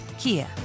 Kia